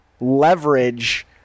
leverage